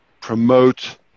promote